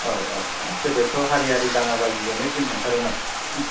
औ औ हाब गोदोथ' हारियारि दाङा बाजिजोंनो दिन थांथारोमोन